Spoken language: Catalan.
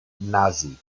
nazi